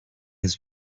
his